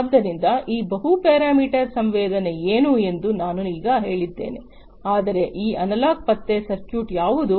ಆದ್ದರಿಂದ ಈ ಬಹು ಪ್ಯಾರಾಮೀಟರ್ ಸಂವೇದನೆ ಏನು ಎಂದು ನಾನು ಈಗ ಹೇಳಿದ್ದೇನೆ ಆದರೆ ಈ ಅನಲಾಗ್ ಪತ್ತೆ ಸರ್ಕ್ಯೂಟ್ ಯಾವುದು